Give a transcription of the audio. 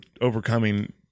overcoming